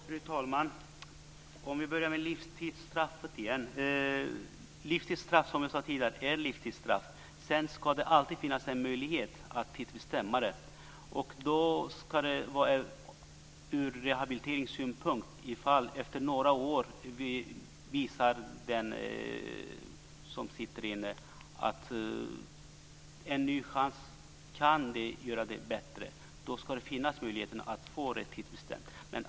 Fru talman! Jag ska börja med att ta upp livstidsstraffet. Livstidsstraff är, som jag sade tidigare, livstidsstraff. Sedan ska det alltid finnas en möjlighet att tidsbestämma det. Det ska ske ur en rehabiliteringssynpunkt, om den fängslade efter några år visar att en ny chans kan göra det bättre. Då ska det finnas en möjlighet att få straffet tidsbestämt.